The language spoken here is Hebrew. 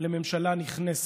לממשלה נכנסת.